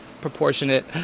proportionate